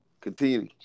continue